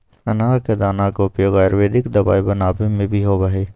अनार के दाना के उपयोग आयुर्वेदिक दवाई बनावे में भी होबा हई